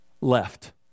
left